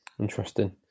interesting